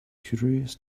curious